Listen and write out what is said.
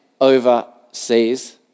overseas